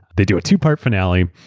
they do a two-part finale.